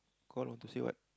call want to say what